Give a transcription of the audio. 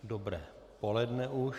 Dobré poledne už.